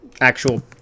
actual